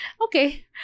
Okay